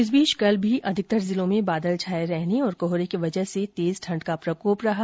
इस बीच कल भी अधिकतर जिलों में बादल छाये रहने और कोहरे की वजह से तेज ठंड का प्रकोप रहा